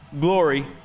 glory